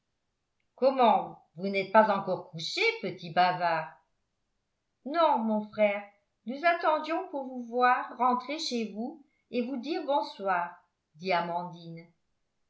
comment vous n'êtes pas encore couchés petits bavards non mon frère nous attendions pour vous voir rentrer chez vous et vous dire bonsoir dit amandine